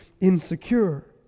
insecure